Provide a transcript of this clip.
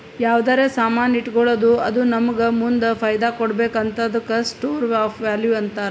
ಯಾವ್ದರೆ ಸಾಮಾನ್ ಇಟ್ಗೋಳದ್ದು ಅದು ನಮ್ಮೂಗ ಮುಂದ್ ಫೈದಾ ಕೊಡ್ಬೇಕ್ ಹಂತಾದುಕ್ಕ ಸ್ಟೋರ್ ಆಫ್ ವ್ಯಾಲೂ ಅಂತಾರ್